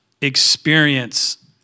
experience